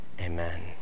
Amen